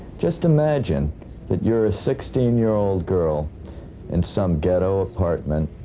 just imagine that you were a sixteen year old girl in some ghetto apartment.